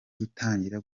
gutangira